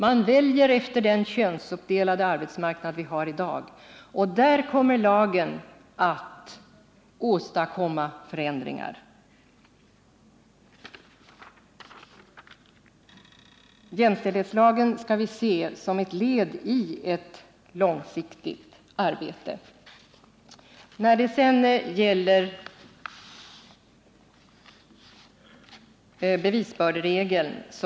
De väljer efter den könsuppdelade arbetsmarknad vi har i dag, och där kommer lagen att åstadkomma förändringar. Jämställdhetslagen skall vi se som ett led i ett långsiktigt arbete.